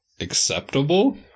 acceptable